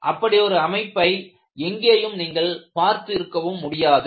அப்படி ஒரு அமைப்பை எங்கேயும் நீங்கள் பார்த்து இருக்கவும் முடியாது